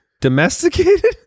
domesticated